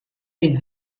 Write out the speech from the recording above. est